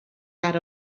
out